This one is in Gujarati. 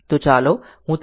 તો ચાલો હું તેને સમજાવું